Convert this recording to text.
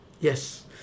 Yes